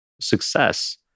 Success